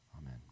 Amen